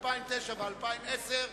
2009 ו-2010,